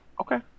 Okay